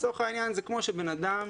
לצורך העניין, זה כמו שבן אדם